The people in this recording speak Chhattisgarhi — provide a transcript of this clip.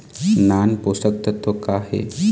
नान पोषकतत्व का हे?